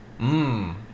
Mmm